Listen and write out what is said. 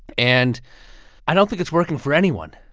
and i don't think it's working for anyone